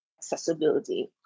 accessibility